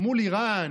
מול איראן,